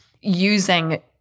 using